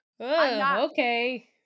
okay